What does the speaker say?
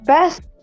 Best